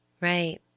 Right